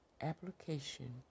application